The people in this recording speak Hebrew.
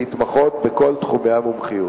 להתמחות בכל תחומי המומחיות.